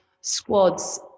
squads